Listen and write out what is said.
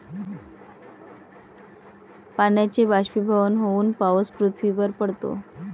पाण्याचे बाष्पीभवन होऊन पाऊस पृथ्वीवर पडतो